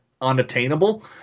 unattainable